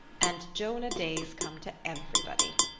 and jonah days come to everybody.